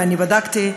אני בדקתי.